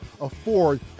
afford